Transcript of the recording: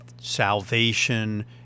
salvation